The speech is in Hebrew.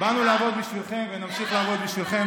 אנחנו באנו לעבוד בשבילכם ונמשיך לעבוד בשבילכם.